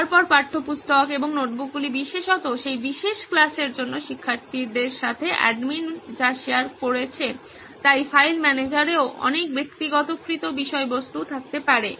তারপর পাঠ্যপুস্তক এবং নোটবুকগুলি বিশেষত সেই বিশেষ ক্লাসের জন্য শিক্ষার্থীদের সাথে অ্যাডমিন যা শেয়ার করেছে তাই ফাইল ম্যানেজারেও অনেক ব্যক্তিগতকৃত বিষয়বস্তু থাকতে পারে